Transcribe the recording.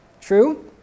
True